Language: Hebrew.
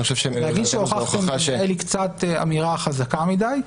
להגיד שהוכחתם זה קצת נראה לי אמירה חזקה מדי.